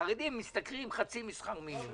חרדים משתכרים חצי משרה במינימום.